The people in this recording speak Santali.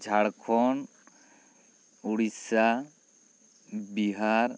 ᱡᱷᱟᱲᱠᱷᱚᱸᱰ ᱳᱰᱤᱥᱟ ᱵᱤᱦᱟᱨ